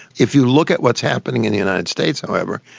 if you look at what's happening in the united states however,